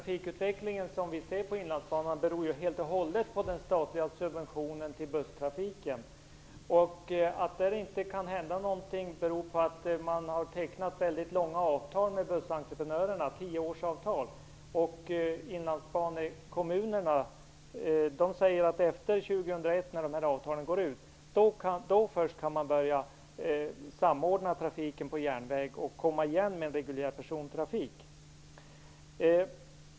Fru talman! Den persontrafikutveckling som vi ser på Inlandsbanan beror helt och hållet på den statliga subventionen till busstrafiken. Att det inte kan hända någonting beror på att man har tecknat avtal med bussentreprenörerna som gäller under mycket lång tid. Det är tioårsavtal. Inlandsbanekommunerna säger att man först efter år 2001, när dessa avtal går ut, kan börja samordna trafiken på järnväg och komma igen med reguljär persontrafik.